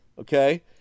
okay